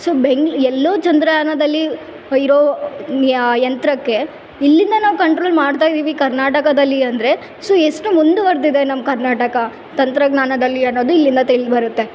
so ಬೆಂಗ್ಲ್ ಎಲ್ಲೋ ಚಂದ್ರಯಾನದಲ್ಲಿ ಹೊಗಿರೋ ಯಂತ್ರಕ್ಕೆ ಇಲ್ಲಿಂದ ನಾವು ಕಂಟ್ರೋಲ್ ಮಾಡ್ತಾ ಇದೀವಿ ಕರ್ನಾಟಕದಲ್ಲಿ ಅಂದರೆ ಸೊ ಎಷ್ಟು ಮುಂದುವರೆದಿದೆ ನಮ್ಮ ಕರ್ನಾಟಕ ತಂತ್ರಜ್ಞಾನದಲ್ಲಿ ಅನ್ನೋದು ಇಲ್ಲಿಂದ ತಿಳಿದ್ಬರತ್ತೆ